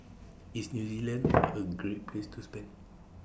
IS New Zealand A Great Place to spend